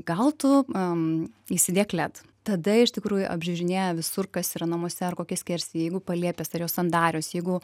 gal tu am įsidėk led tada iš tikrųjų apžiūrinėja visur kas yra namuose ar kokie skervėjai jeigu palėpės ar jos sandarios jeigu